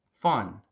fun